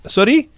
Sorry